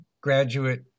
graduate